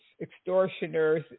extortioners